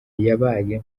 yabaye